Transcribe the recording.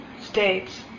states